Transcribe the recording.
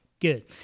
good